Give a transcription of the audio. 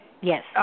Yes